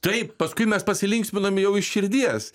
taip paskui mes pasilinksminome jau iš širdies